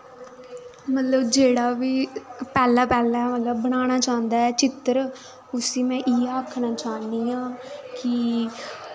मतलब जेह्ड़ा बी पैह्लै पैह्लै मतलब बनाना चाह्न्दा ऐ चित्तर उसी मैं इयै आखना चाहन्नी आं कि